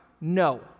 No